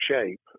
shape